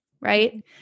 right